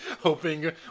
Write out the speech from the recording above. hoping